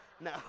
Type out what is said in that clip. No